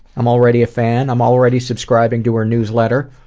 i'm already a fan, i'm already subscribing to her newsletter.